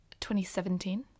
2017